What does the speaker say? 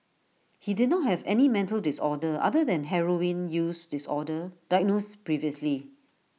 he did not have any mental disorder other than heroin use disorder diagnosed previously